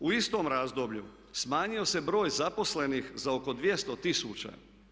U istom razdoblju smanjio se broj zaposlenih za oko 200 tisuća.